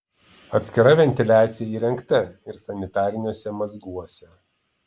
atskira ventiliacija įrengta ir sanitariniuose mazguose